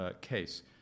case